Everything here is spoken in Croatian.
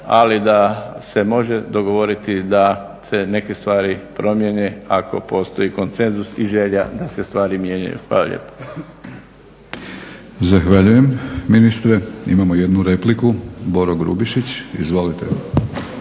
ali da se može dogovoriti da se neke stvari promijene ako postoji konsenzus i želja da se stvari mijenjaju. Hvala lijepa. **Batinić, Milorad (HNS)** Zahvaljujem ministre. Imamo jednu repliku, Boro Grubišić, izvolite.